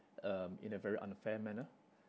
um in a very unfair manner